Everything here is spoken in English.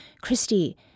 Christy